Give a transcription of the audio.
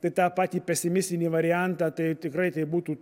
tai tą patį pesimistinį variantą tai tikrai tai būtų